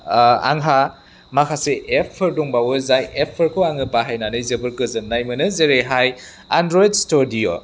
आंहा माखासे एपफोर दंबावो जाय एपफोरखौ आङो बाहायनानै जोबोर गोजोननाय मोनो जेरैहाय एन्ड्रइड स्टुडिय'